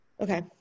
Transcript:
Okay